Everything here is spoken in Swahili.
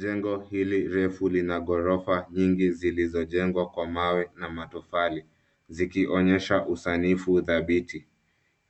Jengo hili refu lina ghorofa nyingi zilizojengwa kwa mawe na matofali zikionyesha usanifu dhabiti.